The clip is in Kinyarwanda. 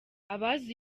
abazi